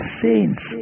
saints